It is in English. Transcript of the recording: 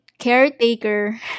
caretaker